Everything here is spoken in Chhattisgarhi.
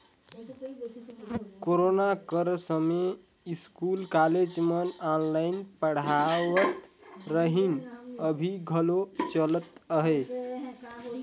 कोरोना कर समें इस्कूल, कॉलेज मन ऑनलाईन पढ़ावत रहिन, अभीं घलो चलत अहे